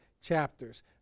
chapters